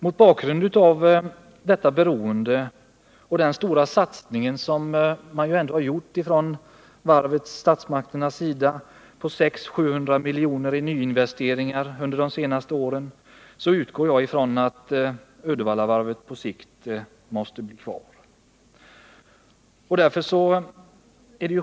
Mot bakgrund av detta beroende och den stora satsning som statsmakterna ändå har gjort med 600-700 milj.kr. på investeringar under de senaste åren utgår jag från att Uddevallavarvet på sikt måste bli kvar.